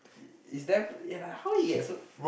is there yeah like how he get so